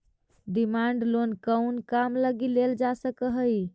Demand loan कउन काम लगी लेल जा सकऽ हइ?